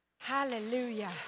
Hallelujah